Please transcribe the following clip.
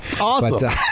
Awesome